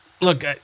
look